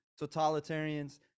totalitarians